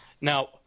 now